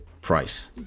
price